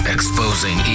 Exposing